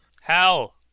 Hell